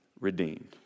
redeemed